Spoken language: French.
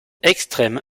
extrême